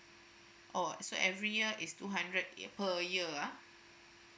oh so every year is two hundred in per year ah